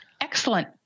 Excellent